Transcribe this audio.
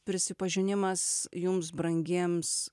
prisipažinimas jums brangiems